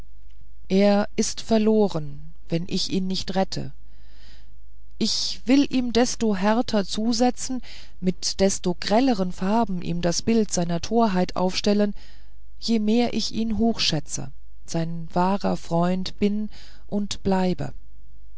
er ist verloren wenn ich ihn nicht rette ich will ihm desto härter zusetzen mit desto grelleren farben ihm das bild seiner torheit aufstellen je mehr ich ihn hochschätze sein wahrer freund bin und bleibe